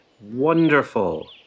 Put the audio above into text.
Wonderful